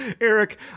Eric